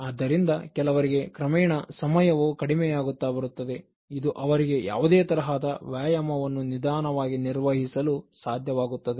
ಅದ್ದರಿಂದ ಕೆಲವರಿಗೆ ಕ್ರಮೇಣ ಸಮಯವು ಕಡಿಮೆಯಾಗುತ್ತ ಬರುತ್ತದೆ ಇದು ಅವರಿಗೆ ಯಾವುದೇ ತರಹದ ವ್ಯಾಯಾಮವನ್ನು ನಿಧಾನವಾಗಿ ನಿರ್ವಹಿಸಲು ಸಾಧ್ಯವಾಗುತ್ತದೆ